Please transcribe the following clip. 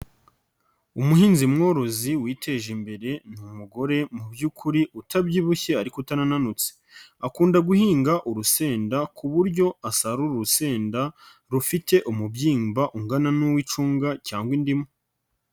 Umuhinzi mworozi witeje imbere ni umugore mu by'ukuri utabyibushye ariko utanutse. Akunda guhinga urusenda ku buryo asarura urusenda rufite umubyimba ungana n'uw'icunga cyangwa indimu.